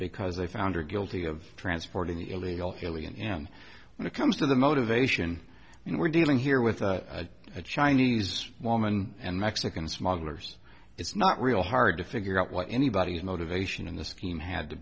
because they found her guilty of transporting the illegal alien in when it comes to the motivation when we're dealing here with a chinese woman and mexican smugglers it's not real hard to figure out what anybody's motivation in the scheme had to